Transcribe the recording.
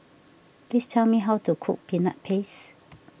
please tell me how to cook Peanut Paste